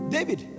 David